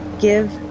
give